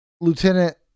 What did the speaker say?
Lieutenant